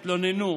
התלוננו.